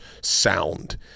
sound